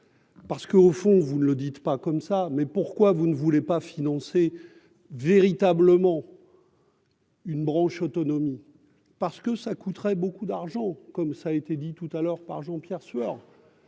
Parce qu'au fond, vous ne le dites pas comme ça, mais pourquoi vous ne voulez pas financer véritablement. Une branche autonomie parce que ça coûterait beaucoup d'argent comme ça a été dit tout à l'heure par Jean-Pierre Sueur